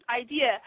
idea